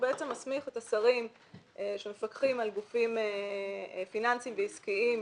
ובעצם מסמיך את השרים שמפקחים על גופים פיננסיים ועסקיים,